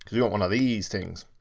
we want one of these things.